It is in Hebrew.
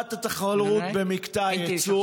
הגברת התחרות במקטע הייצור,